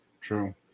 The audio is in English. True